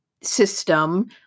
system